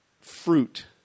fruit